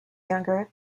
younger